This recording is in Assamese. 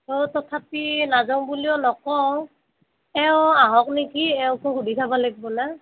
অঁ তথাপি নাযাওঁ বুলিও নকওঁ এওঁ আহক নেকি এওঁকো সুধি চাব লাগিব না